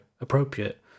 appropriate